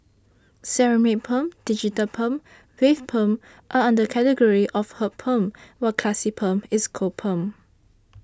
ceramic perm digital perm wave perm are under category of hot perm while classic perm is cold perm